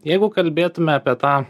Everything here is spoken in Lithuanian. jeigu kalbėtume apie tą